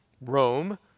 Rome